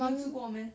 没有吃过 meh